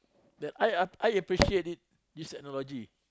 that I I I appreciate it this technology